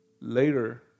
later